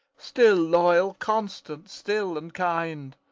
still loyal, constant still and kind,